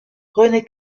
rené